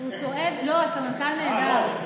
הוא טועה לגבי הסמנכ"ל או לגבי הדבר השני?